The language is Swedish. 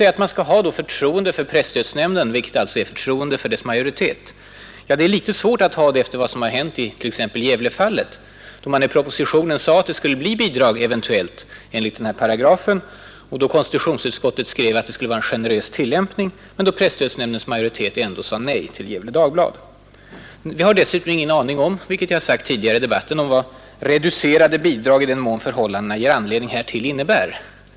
Att ha förtroende för presstödsnämnden, vilket alltså är förtroende för dess majoritet, är litet svårt efter vad som har hänt i t.ex. Gävlefallet. I propositionen sade man att det ”eventuellt” skulle bli bidrag enligt nuvarande 17 §. Konstitutionsutskottet skrev att det skulle vara en ”generös tillämpning”. Men presstödsnämndens majoritet sade ändå nej till Gefle Dagblad. Vi har dessutom ingen aning om — vilket jag sagt tidigare i debatten — vad ”reducerade bidrag i den mån förhållandena ger anledning härtill” innebär.